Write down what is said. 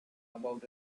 about